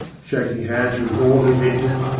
shaking hands with all who entered,